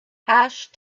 hash